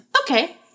Okay